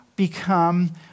become